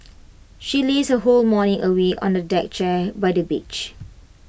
she lazed her whole morning away on A deck chair by the beach